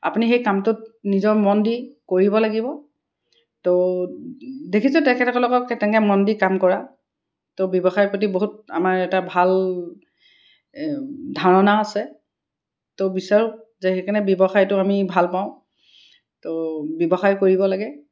আপুনি সেই কামটোত নিজৰ মন দি কৰিব লাগিব তো দেখিছোঁ তেখেতসকলক তেনেকৈ মন দি কাম কৰা তো ব্যৱসায়ৰ প্ৰতি বহুত আমাৰ এটা ভাল ধাৰণাও আছে তো বিচাৰোঁ যে সেইকাৰণে ব্যৱসায়টো আমি ভালপাওঁ তো ব্যৱসায় কৰিব লাগে